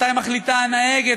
מתי מחליטה הנהגת,